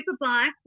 Superbike